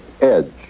edge